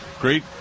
great